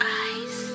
eyes